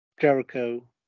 Jericho